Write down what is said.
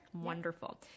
Wonderful